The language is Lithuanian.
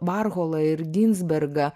varholą ir ginsbergą